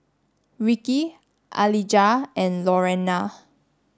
Ricky Alijah and Lorena